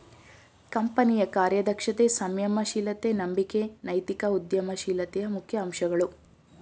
ಕಂಪನಿಯ ಕಾರ್ಯದಕ್ಷತೆ, ಸಂಯಮ ಶೀಲತೆ, ನಂಬಿಕೆ ನೈತಿಕ ಉದ್ಯಮ ಶೀಲತೆಯ ಮುಖ್ಯ ಅಂಶಗಳು